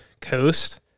coast